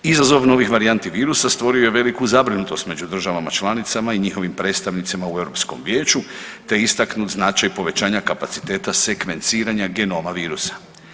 Izazov novih varijanti virusa stvorio je veliku zabrinutost među državama članicama i njihovim predstavnicima u Europskom vijeću, te je istaknut značaj povećanja kapaciteta sekvenciranja genoma virusa.